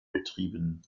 betrieben